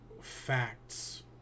facts